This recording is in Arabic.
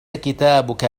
كتابك